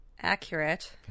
Accurate